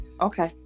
Okay